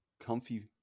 comfy